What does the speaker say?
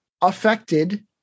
affected